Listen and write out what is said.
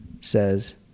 says